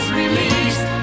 released